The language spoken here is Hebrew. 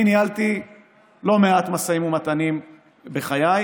אני ניהלתי לא מעט משאים ומתנים בחיי,